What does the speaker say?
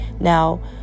Now